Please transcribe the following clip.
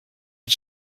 did